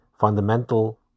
fundamental